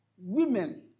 women